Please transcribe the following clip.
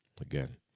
again